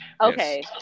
Okay